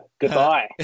Goodbye